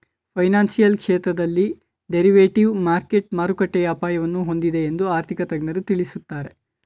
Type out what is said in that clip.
financial ಕ್ಷೇತ್ರದಲ್ಲಿ derivative market ಮಾರುಕಟ್ಟೆಯ ಅಪಾಯವನ್ನು ಹೊಂದಿದೆ ಎಂದು ಆರ್ಥಿಕ ತಜ್ಞರು ತಿಳಿಸುತ್ತಾರೆ